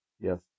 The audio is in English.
Yes